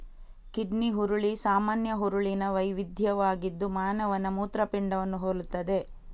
kidney ಹುರುಳಿ ಸಾಮಾನ್ಯ ಹುರುಳಿನ ವೈವಿಧ್ಯವಾಗಿದ್ದು ಮಾನವನ ಮೂತ್ರಪಿಂಡವನ್ನು ಹೋಲುತ್ತದೆ